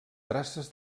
traces